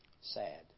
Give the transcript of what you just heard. Sad